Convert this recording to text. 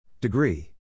Degree